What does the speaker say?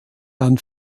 dann